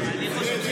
לכן אני אומר,